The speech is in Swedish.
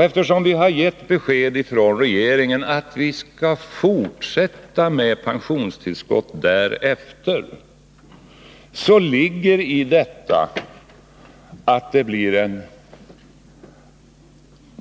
Eftersom vi har gett besked från regeringen att vi skall fortsätta med pensionstillskott därefter ligger i detta uttalande en